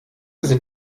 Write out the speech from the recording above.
sind